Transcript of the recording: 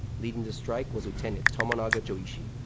leading the strike was lieutenant tomonaga joichi.